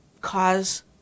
cause